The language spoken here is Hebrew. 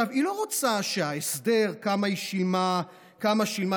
היא לא רוצה שההסדר כמה שילמה ג'מייקה